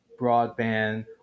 broadband